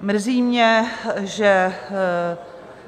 Mrzí mě, že